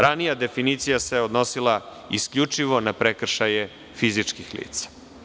Ranija definicija se odnosila isključivo na prekršaje fizičkih lica.